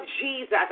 Jesus